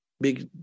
big